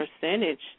percentage